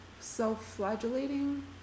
self-flagellating